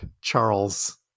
Charles